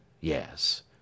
yes